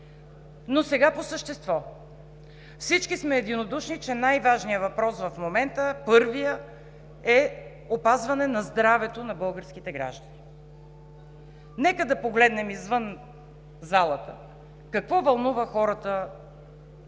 Но сега по същество. Всички сме единодушни, че най-важният първи въпрос в момента е опазване на здравето на българските граждани. Нека погледнем извън залата! Какво вълнува хората